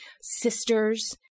sisters